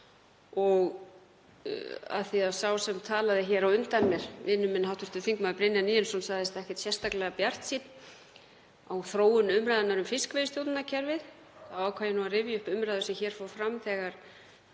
Af því að sá sem talaði hér á undan mér, vinur minn hv. þm. Brynjar Níelsson, sagðist ekkert sérstaklega bjartsýnn á þróun umræðunnar um fiskveiðistjórnarkerfið ákvað ég að rifja upp umræðu sem hér fór fram þegar